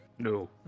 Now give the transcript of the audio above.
No